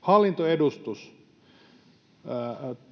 Hallintoedustus: